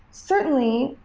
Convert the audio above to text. certainly,